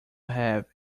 have